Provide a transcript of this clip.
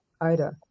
Ida